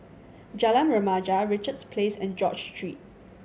Jalan Remaja Richards Place and George Street